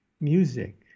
Music